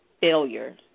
failure